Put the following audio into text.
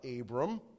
Abram